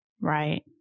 Right